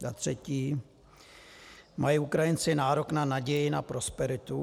Za třetí: Mají Ukrajinci nárok na naději na prosperitu?